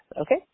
Okay